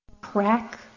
crack